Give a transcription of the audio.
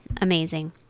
amazing